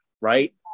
right